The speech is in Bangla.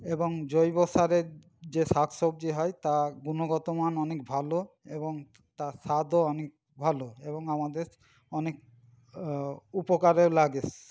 এবং জৈব সারের যে শাক সবজি হয় তা গুণগত মান অনেক ভালো এবং তার স্বাদও অনেক ভালো এবং আমাদের অনেক উপকারেও লাগে